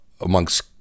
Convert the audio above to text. amongst